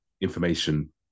information